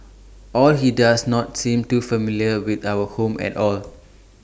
or he does not seem too familiar with our home at all